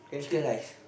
chicken rice